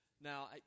Now